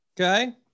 okay